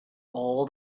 all